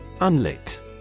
Unlit